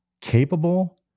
capable